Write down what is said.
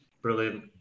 Brilliant